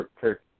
Kirk